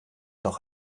doch